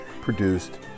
produced